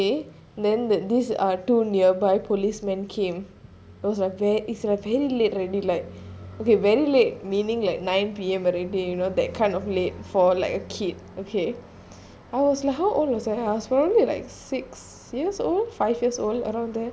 okay then th~ these are two nearby policemen came it was like ve~ it's very late already like okay very late meaning like nine P_M already you know that kind of late for like a kid okay I was like how old was I ah I was probably like six years old five years old around there